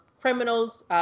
criminals